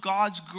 God's